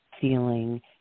feeling